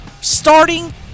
starting